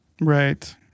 Right